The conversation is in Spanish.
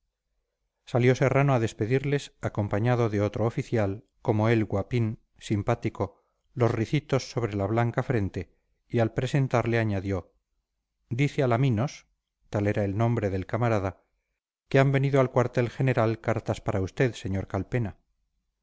salió serrano a despedirles acompañado de otro oficial como él guapín simpático con ricitos sobre la blanca frente y al presentarle añadió dice alaminos tal era el nombre del camarada que han venido al cuartel general cartas para usted sr calpena